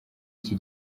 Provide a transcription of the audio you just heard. iki